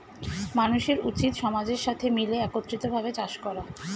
মানুষের উচিত সমাজের সাথে মিলে একত্রিত ভাবে চাষ করা